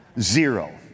Zero